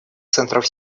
центров